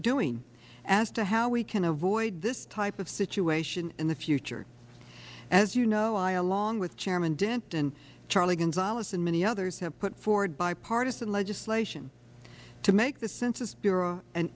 as to how we can avoid this type of situation in the future as you know i along with chairman dent and charlie gonzalez and many others have put forth bipartisan legislation to make the census bureau an